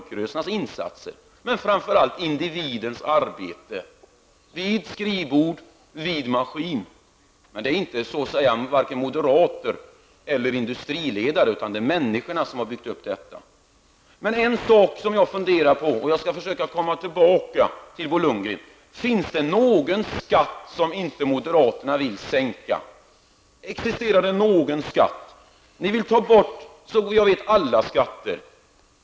Men framför allt har vi fått välfärden genom individens arbete -- vid skrivbordet eller vid maskinen. Det är alltså varken moderater eller industriledare som har byggt upp välfärden, utan människorna själva. Något som jag har funderat över -- jag skall försöka återkomma senare, Bo Lundgren -- är följande fråga: Finns det någon skatt som moderaterna inte vill sänka? Ni vill ju ta bort alla skatter.